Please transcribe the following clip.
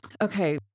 okay